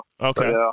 Okay